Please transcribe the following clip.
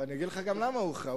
וגם אגיד לך למה הוא הוכרע.